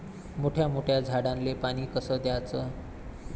मोठ्या मोठ्या झाडांले पानी कस द्याचं?